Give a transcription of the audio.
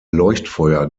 leuchtfeuer